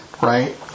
right